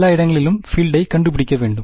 எல்லா இடங்களிலும் பீல்டை கண்டுபிடிக்க வேண்டும்